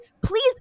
please